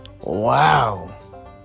Wow